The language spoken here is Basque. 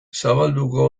zabalduko